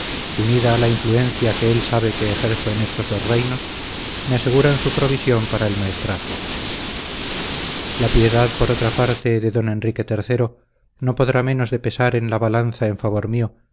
unida a la influencia que él sabe que ejerzo en estos dos reinos me aseguran su provisión para el maestrazgo la piedad por otra parte de don enrique iii no podrá menos de pesar en la balanza en favor mío